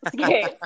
Okay